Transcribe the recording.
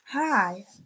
Hi